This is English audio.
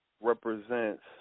represents